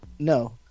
no